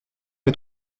est